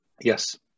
Yes